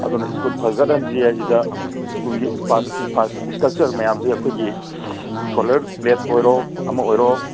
ꯑꯗꯨꯅ ꯁ꯭ꯀꯨꯜ ꯐꯒꯠꯍꯟꯁꯤ ꯍꯥꯏꯁꯤꯗ ꯁ꯭ꯀꯨꯜꯒꯤ ꯏꯟꯐ꯭ꯔꯥꯁ꯭ꯇꯔꯛꯆꯔ ꯃꯌꯥꯝꯁꯦ ꯑꯩꯈꯣꯏꯒꯤ ꯁꯣꯂꯔ ꯄ꯭ꯂꯦꯠ ꯑꯣꯏꯔꯣ ꯑꯃ ꯑꯣꯏꯔꯣ